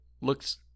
looks